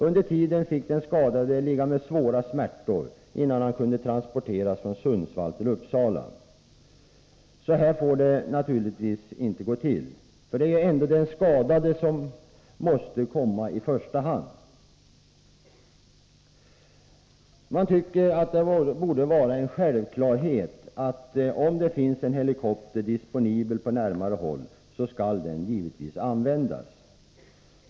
Under tiden fick den skadade ligga med svåra smärtor innan han kunde transporteras från Sundsvall till Uppsala. Så här får det naturligtvis inte gå till! Det är ju ändå den skadade som måste komma i första hand. Man tycker att det borde vara en självklarhet, att om det finns en helikopter disponibel på närmare håll så skall den givetvis användas.